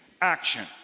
action